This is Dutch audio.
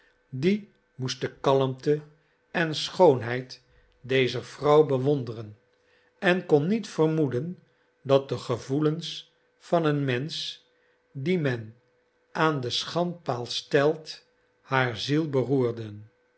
die moest de kalmte en schoonheid dezer vrouw bewonderen en kon niet vermoeden dat de gevoelens van een mensch dien men aan den schandpaal stelt haar ziel beroerden